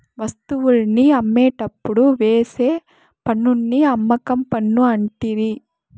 వస్తువుల్ని అమ్మేటప్పుడు వేసే పన్నుని అమ్మకం పన్ను అంటిరి